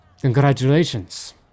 congratulations